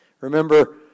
Remember